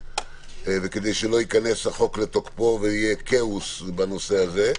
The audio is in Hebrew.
וכדי שהחוק לא ייכנס לתוקפו ויהיה כאוס בנושא הזה.